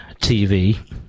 TV